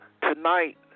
Tonight